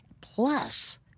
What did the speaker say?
plus